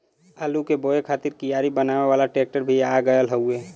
आलू के बोए खातिर कियारी बनावे वाला ट्रेक्टर भी आ गयल हउवे